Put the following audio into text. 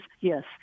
Yes